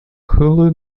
hulu